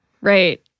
Right